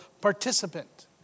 participant